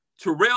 Terrell